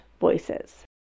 Voices